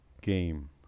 game